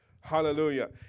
Hallelujah